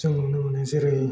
जों नुनो मोनो जेरै